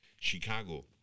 Chicago